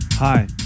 Hi